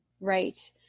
Right